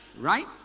right